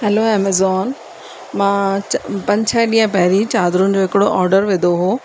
hello Amazon मां च पंज छह ॾींहुं पहिरीं चादरुनि जो हिकिड़ो ऑडर विधो हो